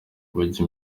bajya